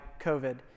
COVID